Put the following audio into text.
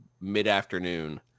mid-afternoon